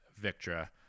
Victra